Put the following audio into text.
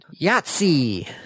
yahtzee